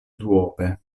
duope